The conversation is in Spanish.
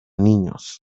niños